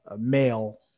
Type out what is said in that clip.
male